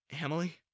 Emily